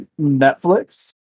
Netflix